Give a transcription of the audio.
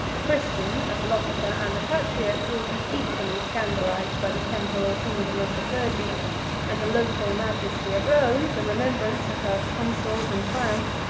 a christian, a philosopher, and a patriot, will be equally scandalized by the temporal kingdom of the clergy and the local majesty of rome, the remembrance of her consuls and triumphs,